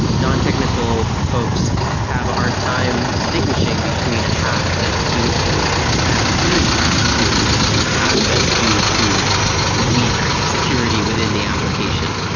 non-technical folks have a hard time distinguishing between a hack that's due to bad security practices and a hack that's due to weak security within the application.